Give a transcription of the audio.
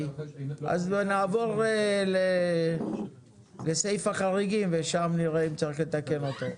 אז נעבור לסעיף החריגים ושם נראה אם צריך לתקן אותו.